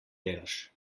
delaš